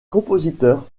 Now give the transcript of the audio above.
compositeur